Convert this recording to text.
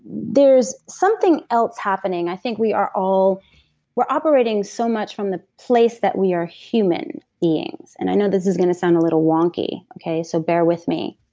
there's something else happening. i think we are all operating so much from the place that we are human beings, and i know this is going to sound little wonky, okay, so bear with me.